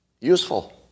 Useful